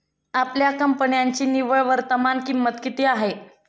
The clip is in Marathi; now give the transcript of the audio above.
आपल्या कंपन्यांची निव्वळ वर्तमान किंमत किती आहे?